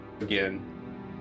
again